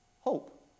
hope